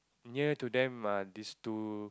near to them are this two